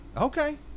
Okay